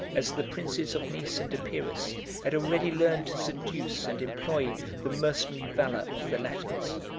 as the princes of nice and epirus had already learned to seduce and employ the mercenary valor of the latins.